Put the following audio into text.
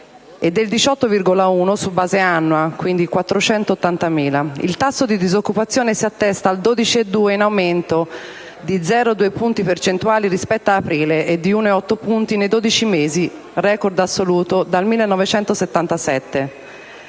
per cento su base annua (quindi, più 480.000). Il tasso di disoccupazione si attesta al 12,2 per cento, in aumento di 0,2 punti percentuali rispetto a aprile e di 1,8 punti nei dodici mesi (*record* assoluto dal 1977).